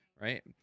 right